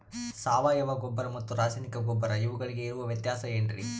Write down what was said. ಸಾವಯವ ಗೊಬ್ಬರ ಮತ್ತು ರಾಸಾಯನಿಕ ಗೊಬ್ಬರ ಇವುಗಳಿಗೆ ಇರುವ ವ್ಯತ್ಯಾಸ ಏನ್ರಿ?